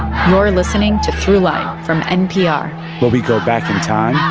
um you're listening to throughline from npr. where we go back in time.